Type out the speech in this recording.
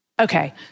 Okay